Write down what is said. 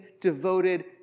devoted